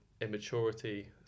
immaturity